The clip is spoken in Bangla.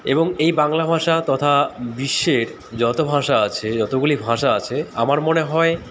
এবং এই বাংলা ভাষা তথা বিশ্বের যত ভাষা আছে যতগুলি ভাষা আছে আমার মনে হয়